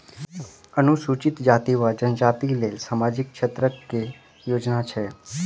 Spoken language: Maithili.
अनुसूचित जाति वा जनजाति लेल सामाजिक क्षेत्रक केँ योजना छैक?